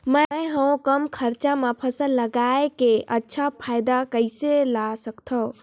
मैं हवे कम खरचा मा फसल ला लगई के अच्छा फायदा कइसे ला सकथव?